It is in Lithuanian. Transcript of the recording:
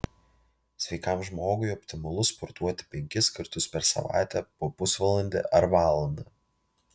sveikam žmogui optimalu sportuoti penkis kartus per savaitę po pusvalandį ar valandą